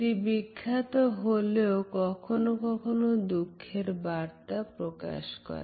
এটি বিখ্যাত হলেও কখনো কখনো দুঃখের বার্তা প্রকাশ করে